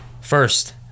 First